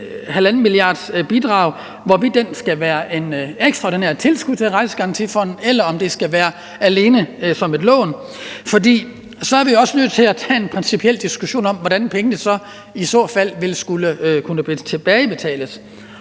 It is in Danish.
halvandenmilliardsbidrag skal være et ekstraordinært tilskud til Rejsegarantifonden, eller om det alene skal være et lån, for så er vi også nødt til at tage en principiel diskussion om, hvordan pengene i så fald ville skulle kunne tilbagebetales,